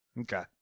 Okay